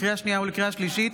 לקריאה שנייה ולקריאה שלישית: